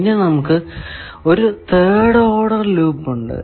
ഇനി നമുക്ക് ഒരു third order loop third order loop